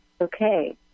Okay